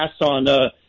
on –